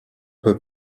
peut